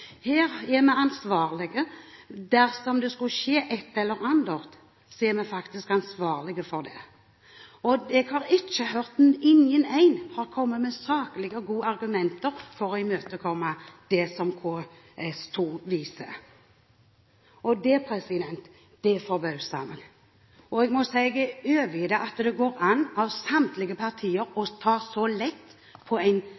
Her er vi ansvarlige – dersom det skulle skje et eller annet, er vi faktisk ansvarlige for det. Og jeg har ikke hørt at noen har kommet med saklige og gode argumenter for å imøtekomme det som KS2 viser. Det forbauser meg. Jeg må si at jeg er overgitt over at det går an av samtlige partier å ta så lett på